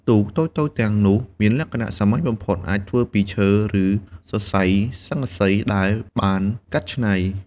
ទូកតូចៗទាំងនោះមានលក្ខណៈសាមញ្ញបំផុត អាចធ្វើពីឈើ ឬសរសៃស័ង្កសីដែលបានកាត់ច្នៃ។